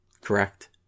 correct